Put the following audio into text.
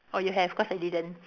oh you have cause I didn't